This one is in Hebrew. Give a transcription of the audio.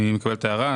אני מקבל את ההערה,